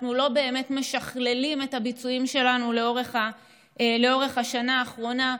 אנחנו לא באמת משכללים את הביצועים שלנו לאורך השנה האחרונה.